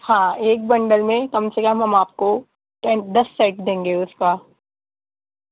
ہاں ایک بنڈل میں کم سے کم ہم آپ کو ٹین دس سیٹ دیں گے اس کا